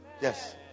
yes